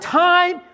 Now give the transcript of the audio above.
time